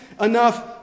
enough